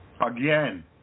Again